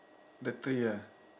the tree ah